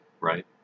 right